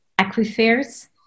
aquifers